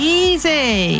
easy